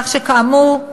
כך שכאמור,